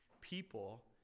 people